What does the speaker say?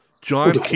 John